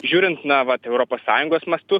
žiūrint na vat europos sąjungos mastu